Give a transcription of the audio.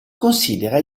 considera